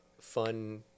fun